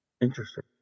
Interesting